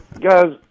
guys